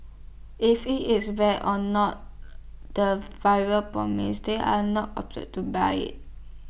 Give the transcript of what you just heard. if IT is bad or not the variety promised they are not to buy IT